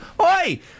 Oi